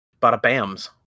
Bada-bams